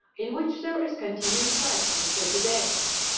in which there is continuous night for thirty days.